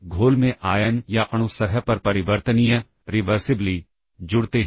location 2000 2001 और 2002 में instructions store हैं